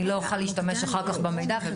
אני לא אוכל להשתמש אחר כך במידע.